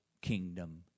kingdom